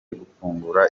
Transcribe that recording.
gufungura